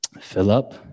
Philip